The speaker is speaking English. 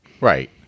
Right